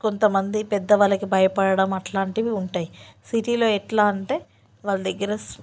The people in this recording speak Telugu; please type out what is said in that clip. కొంతమంది పెద్దవాళ్ళకి భయపడటం అట్లాంటివి ఉంటాయి సిటీలో ఎట్లా అంటే వాళ్ళ దగ్గర